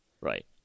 Right